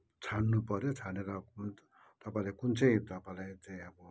छान्नु पऱ्यो छानेर तपाईँले कुन चाहिँ तपाईँलाई चाहिँ अब